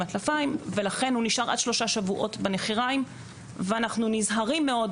הטלפיים ולכן הוא נשאר עד שלושה שבועות בנחיריים ואנחנו נזהרים מאוד,